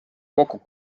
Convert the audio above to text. kokku